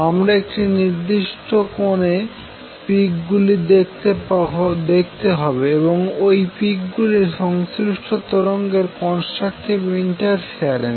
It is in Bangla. আমাদের একটি নির্দিষ্ট কোনে পিক গুলি দেখতে হবে এবং ওই পিক গুলো সংশ্লিষ্ট তরঙ্গের কন্সট্রাকটিভ ইন্টারফেরেন্স